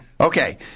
okay